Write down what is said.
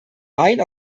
wein